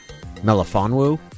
Melifonwu